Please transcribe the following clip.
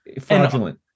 fraudulent